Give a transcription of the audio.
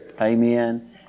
Amen